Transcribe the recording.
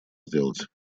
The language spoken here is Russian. сделать